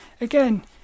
again